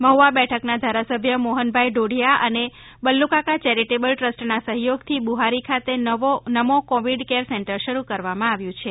મહ્વા બેઠક ના ધારાસભ્ય મોહનભાઇ ઢોડીયા અને બલ્લુકાકા ચેરીટેબલ ટ્રસ્ટના સહયોગથી બુહારી ખાતે નમો કોવિડ કેર શરૂ કરવામાં આવ્યું છે